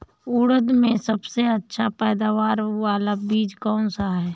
उड़द में सबसे अच्छा पैदावार वाला बीज कौन सा है?